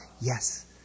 Yes